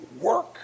work